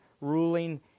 ruling